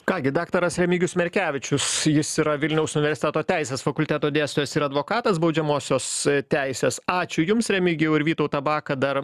ką gi daktaras remigijus merkevičius jis yra vilniaus universiteto teisės fakulteto dėstytojas ir advokatas baudžiamosios teisės ačiū jums remigijau ir vytautą baką dar